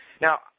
Now